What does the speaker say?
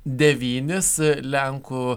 devynis lenkų